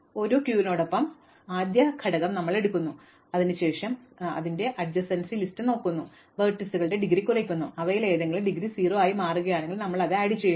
അതിനാൽ ഒരു ക്യൂവിനൊപ്പം ശൂന്യമല്ല ക്യൂവിലെ ആദ്യ ഘടകം ഞങ്ങൾ എടുക്കുന്നു അതിനുശേഷം ഞങ്ങൾ അതിന്റെ സമീപസ്ഥലത്തെ ലിസ്റ്റ് നോക്കുന്നു ആ ലംബങ്ങളുടെ ഡിഗ്രി കുറയ്ക്കുന്നു അവയിലേതെങ്കിലും ഇപ്പോൾ ഡിഗ്രി 0 ആയി മാറുകയാണെങ്കിൽ ഞങ്ങൾ ചേർക്കുന്നു ക്യൂവിലേക്ക്